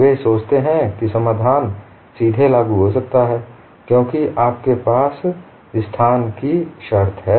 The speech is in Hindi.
वे सोचते हैं कि यह समाधान सीधे लागू हो सकता है क्योंकि आपके पास स्थान की शर्त है